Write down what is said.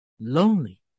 lonely